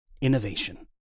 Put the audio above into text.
innovation